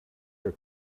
your